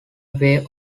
way